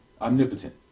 omnipotent